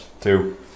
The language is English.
Two